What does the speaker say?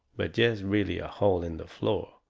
but jest really a hole in the floor,